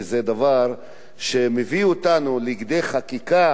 וזה דבר שמביא אותנו לחקיקה,